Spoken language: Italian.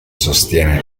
sostiene